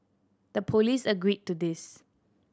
the police agreed to this